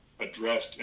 addressed